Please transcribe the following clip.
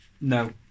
No